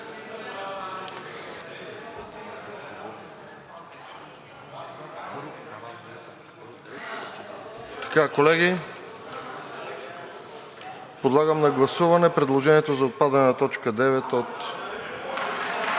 Колеги, подлагам на гласуване предложението за отпадане на точка девета.